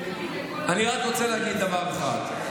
אני רק רוצה להגיד דבר אחד: